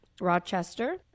Rochester